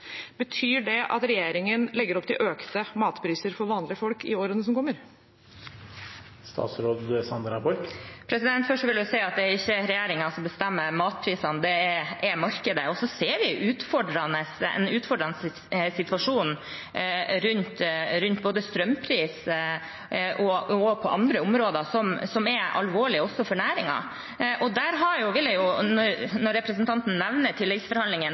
Betyr det at regjeringen legger opp til økte matpriser for vanlige folk i årene som kommer? Først vil jeg si at det ikke er regjeringen som bestemmer matprisene, det er markedet. Og så ser vi en utfordrende situasjon rundt strømpris og på andre områder som er alvorlige også for næringen. Representanten nevner tilleggsforhandlingene, som denne regjeringen faktisk leverte på fra dag én, nettopp for å kompensere bøndene for de ekstra utgiftene de har